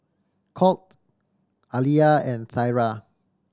Colt Aliyah and Thyra